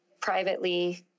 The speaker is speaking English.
privately